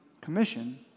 commission